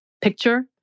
picture